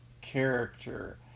character